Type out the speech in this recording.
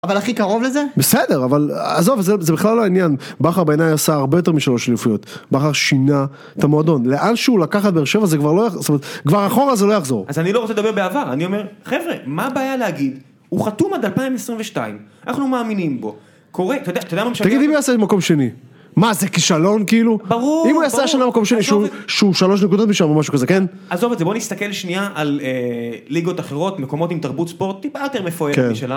אבל הכי קרוב לזה? בסדר, אבל, עזוב, זה זה בכלל לא העניין. בכר בעיניי עשה הרבה יותר משלוש אליפויות, בכר שינה את המועדון. לאן שהוא לקח את באר שבע זה כבר לא יחזור. זאת אומרת, כבר אחורה זה לא יחזור. אז אני לא רוצה לדבר בעבר. אני אומר, חבר'ה, מה הבעיה להגיד "הוא חתום עד 2022, אנחנו מאמינים בו, קורה". אתה יודע, אתה יודע מה משנה? תגיד, אם הוא יעשה את זה במקום שני? מה, זה כישלון כאילו? ברור, ברור. אם הוא יעשה את זה במקום שני, שהוא שלוש נקודות משם או משהו כזה, כן? עזוב את זה, בואו נסתכל שנייה על ליגות אחרות, מקומות עם תרבות ספורט טיפה יותר מפוארת משלהם.